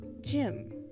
Jim